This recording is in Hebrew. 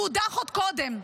הוא הודח עוד קודם.